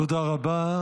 תודה רבה.